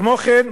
כמו כן,